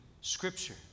scripture